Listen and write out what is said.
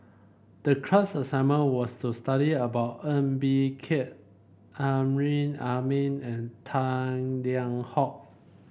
the class assignment was to study about Ng Bee Kia Amrin Amin and Tang Liang Hong